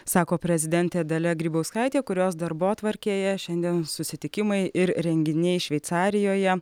sako prezidentė dalia grybauskaitė kurios darbotvarkėje šiandien susitikimai ir renginiai šveicarijoje